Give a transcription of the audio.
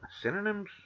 Synonyms